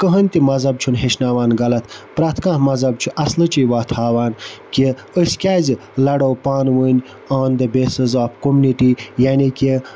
کٕہۭنۍ تہِ مَذہَب چھُنہٕ ہیٚچھناوان غَلَط پرٛٮ۪تھ کانٛہہ مَذہَب چھُ اَصلٕچی وَتھ ہاوان کہِ أسۍ کیازِ لَڑو پانہٕ ؤنۍ on the basis of community یعنی کہِ